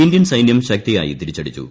Indian സൈന്യം ശക്തിയായി തിരിച്ചുടിച്ചു